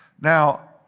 Now